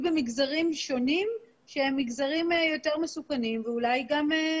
במגזרים שהם יותר מסוכנים ואולי דורשים הלוואות